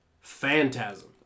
Phantasm